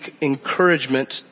encouragement